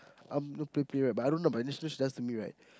um you know play play right but I don't know but initially she does to me right